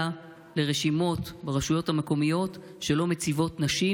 לרשימות לרשויות המקומיות שלא מציבות נשים